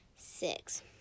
Six